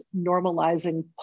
normalizing